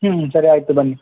ಹ್ಞೂ ಸರಿ ಆಯಿತು ಬನ್ನಿ